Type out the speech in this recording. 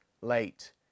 late